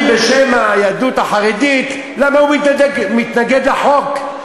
בשם היהדות החרדית למה הוא מתנגד לחוק.